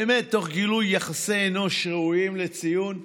באמת תוך גילוי יחסי אנוש ראויים לציון.